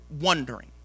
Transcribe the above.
wondering